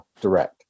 direct